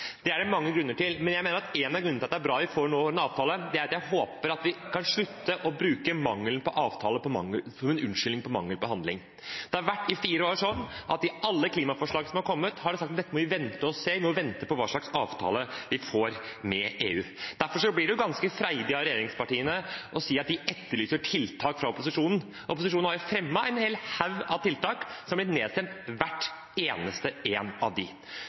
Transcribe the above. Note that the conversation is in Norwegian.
Det er det mange grunner til. Men jeg mener at en av grunnene til at det er bra vi nå får en avtale, er at jeg håper vi kan slutte å bruke mangelen på avtaler som en unnskyldning for mangelen på handling. I fire år har det vært sånn at til alle klimaforslag som er kommet, har man sagt at vi må vente og se, vi må vente på hva slags avtale vi får med EU. Derfor blir det ganske freidig av regjeringspartiene å si at de etterlyser tiltak fra opposisjonen. Opposisjonen har fremmet en hel haug av tiltak, og hvert eneste ett av dem er blitt nedstemt. Det blir sagt at regjeringen jobber med de